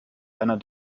einer